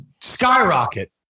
skyrocket